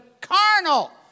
carnal